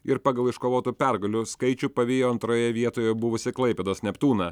ir pagal iškovotų pergalių skaičių pavijo antroje vietoje buvusį klaipėdos neptūną